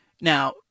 Now